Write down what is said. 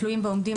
תלויים ועומדים,